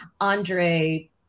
Andre